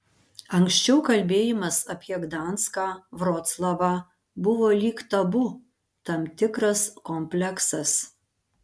anksčiau kalbėjimas apie gdanską vroclavą buvo lyg tabu tam tikras kompleksas